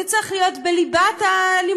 זה צריך להיות בליבת הלימודים,